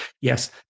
yes